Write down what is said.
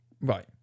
right